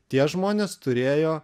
tie žmonės turėjo